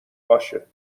باشه